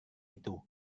itu